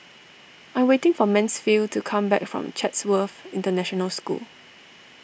I'm waiting for Mansfield to come back from Chatsworth International School